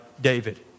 David